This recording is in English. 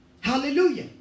Hallelujah